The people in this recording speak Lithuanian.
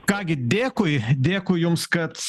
ką gi dėkui dėkui jums kad